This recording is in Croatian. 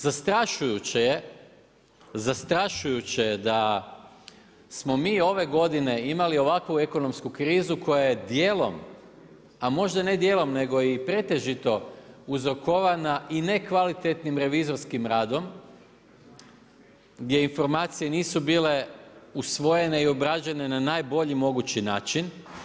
Zastrašujuće je da smo mi ove godine imali ovakvu ekonomsku krizu koja je dijelom a možda ne dijelom, nego i pretežito uzrokovana i nekvalitetnim revizorskim radom, gdje informacije nisu bile usvojene i obrađene na najbolji mogući način.